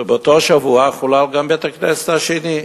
ובאותו השבוע חולל גם בית-הכנסת השני,